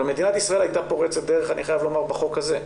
אני חייב לומר שמדינת ישראל הייתה פורצת דרך בחוק הזה.